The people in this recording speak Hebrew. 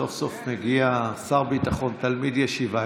סוף-סוף מגיע שר ביטחון תלמיד ישיבה,